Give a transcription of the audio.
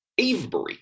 Avebury